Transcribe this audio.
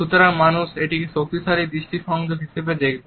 সুতরাং মানুষ এটিকে শক্তিশালী দৃষ্টি সংযোগ হিসাবে দেখবে